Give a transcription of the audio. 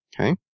Okay